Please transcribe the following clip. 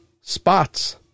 spots